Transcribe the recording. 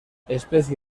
especie